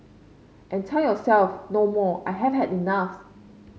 and tell yourself no more I have had enough